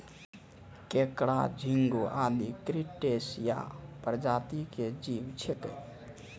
केंकड़ा, झिंगूर आदि क्रस्टेशिया प्रजाति के जीव छेकै